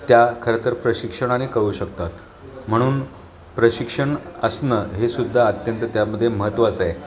त्या खरं तर प्रशिक्षणाने कळू शकतात म्हणून प्रशिक्षण असणं हे सुद्धा अत्यंत त्यामध्ये महत्त्वाचं आहे